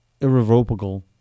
irrevocable